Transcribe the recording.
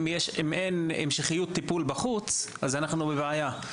אם אין המשכיות טיפול בחוץ, אנחנו בבעיה.